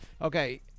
Okay